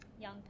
young